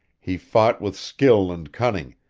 he fought with skill and cunning,